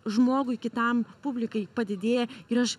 žmogui kitam publikai padidėja ir aš